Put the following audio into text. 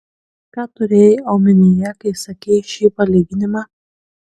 ką turėjai omenyje kai sakei šį palyginimą